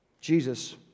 jesus